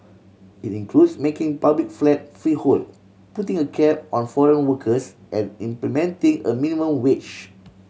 it includes making public flat freehold putting a cap on foreign workers and implementing a minimum witch